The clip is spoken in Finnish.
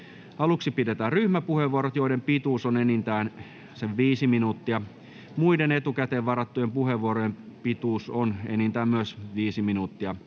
Aluksi pidetään ryhmäpuheenvuorot, joiden pituus on enintään 5 minuuttia. Muiden etukäteen varattujen puheenvuorojen pituus on myös enintään 5 minuuttia.